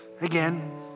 again